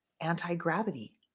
anti-gravity